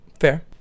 Fair